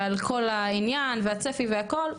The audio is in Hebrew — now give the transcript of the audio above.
ועל כל העניין והצפי והכל,